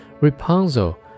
Rapunzel